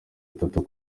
bitatu